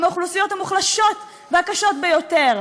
עם האוכלוסיות המוחלשות והקשות ביותר,